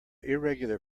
irregular